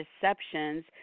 deceptions